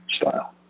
style